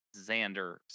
Xander